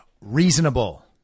reasonable